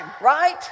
right